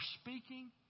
speaking